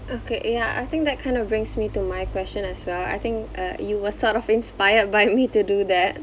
okay ya I think that kind of brings me to my question as well I think uh you were sort of inspired by me to do that